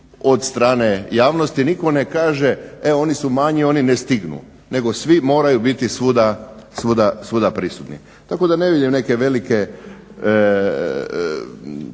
od strane javnosti. Nitko ne kaže e oni su manji, oni ne stignu nego svi moraju biti svuda prisutni. Tako da ne vidim neke velike